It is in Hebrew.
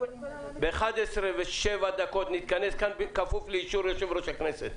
--- אנחנו ב-11:07 נתכנס כאן בכפוף לאישור יושב-ראש הכנסת.